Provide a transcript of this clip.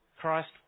Christ